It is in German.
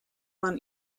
man